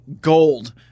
gold